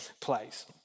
place